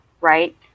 right